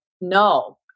No